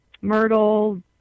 myrtle